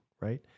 right